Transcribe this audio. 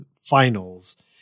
finals